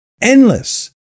Endless